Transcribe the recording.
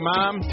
Mom